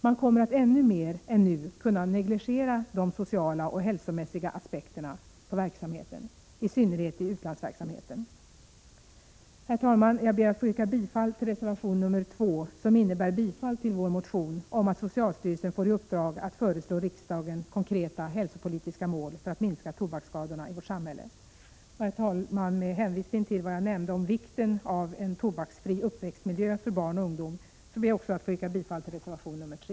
Man kommer att ännu mer än nu kunna negligera de sociala och hälsomässiga aspekterna på verksamheten, i synnerhet i utlandsverksamheten. Herr talman! Jag ber att få yrka bifall till reservation nr 2, som innebär bifall till vår motion om att socialstyrelsen får i uppdrag att föreslå riksdagen konkreta hälsopolitiska mål för att minska tobaksskadorna i vårt samhälle. Med hänvisning till vad jag nämnde om vikten av en tobaksfri uppväxtmiljö för barn och ungdom ber jag också att få yrka bifall till reservation nr 3.